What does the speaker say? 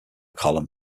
column